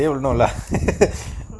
you know lah